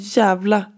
jävla